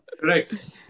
correct